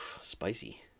spicy